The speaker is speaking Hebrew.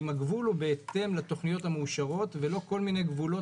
ואם הגבול הוא בהתאם לתכניות המאושרות ולא כל מיני גבולות